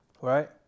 right